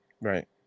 Right